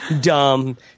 dumb